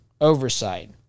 oversight